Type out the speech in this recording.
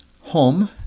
home